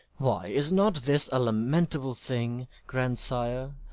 why, is not this a lamentable thing, grandsire,